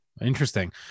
Interesting